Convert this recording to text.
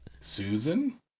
Susan